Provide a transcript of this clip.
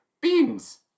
Beans